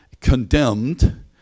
condemned